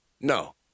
No